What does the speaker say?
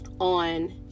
on